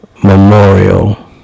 memorial